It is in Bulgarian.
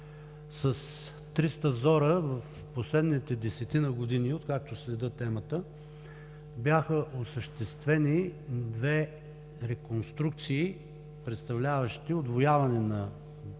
С триста зора в последните 10-ина години, откакто следя темата, бяха осъществени две реконструкции, представляващи удвояване на пътното